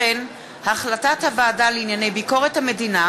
החלטת הוועדה לענייני ביקורת המדינה,